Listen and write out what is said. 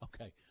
okay